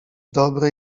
dobry